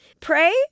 Pray